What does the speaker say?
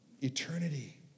Eternity